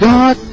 God